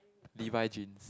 Levis jeans